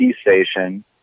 station